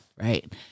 right